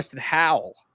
howl